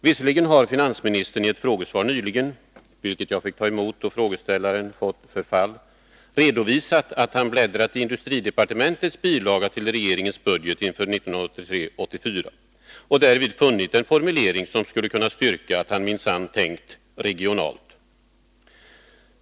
Visserligen har finansministern i ett frågesvar nyligen — vilket jag fick ta emot, då frågeställaren fått förfall — redovisat att han bläddrat i industridepartementets bilaga till regeringens budgetproposition inför budgetåret 1983/84 och att han därvid funnit en formulering som skulle kunna styrka att han minsann tänkt ”regionalt”.